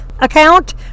account